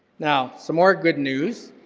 now some more good news.